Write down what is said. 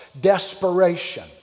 desperation